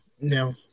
No